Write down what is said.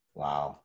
wow